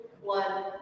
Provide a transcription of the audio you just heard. One